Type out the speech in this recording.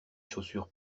chaussures